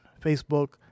Facebook